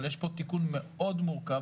אבל יש פה תיקון מאוד מורכב,